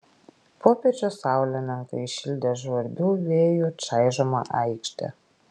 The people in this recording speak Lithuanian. popiečio saulė menkai šildė žvarbių vėjų čaižomą aikštę